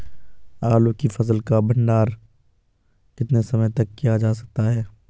आलू की फसल का भंडारण कितने समय तक किया जा सकता है?